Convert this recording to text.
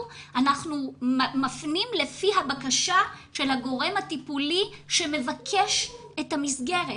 אנחנו מפנים לפי הבקשה של הגורם הטיפולי שמבקש את המסגרת.